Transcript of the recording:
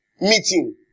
meeting